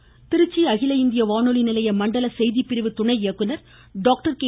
பணி ஓய்வு திருச்சி அகில இந்திய வானொலி நிலைய மண்டல செய்திப்பிரிவு துணை இயக்குனர் டாக்டர் கே